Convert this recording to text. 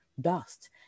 dust